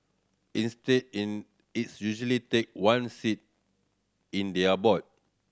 instead in its usually take one seat in their board